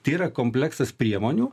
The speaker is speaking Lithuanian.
tai yra kompleksas priemonių